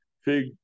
fig